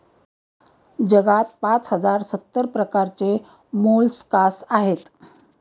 जगात पाच हजार सत्तर प्रकारचे मोलस्कास आहेत